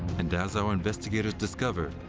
and as our investigators discover,